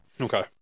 okay